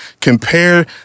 compare